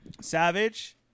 Savage